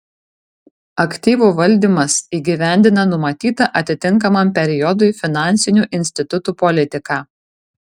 aktyvų valdymas įgyvendina numatytą atitinkamam periodui finansinių institutų politiką